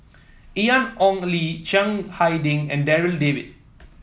Ian Ong Li Chiang Hai Ding and Darryl David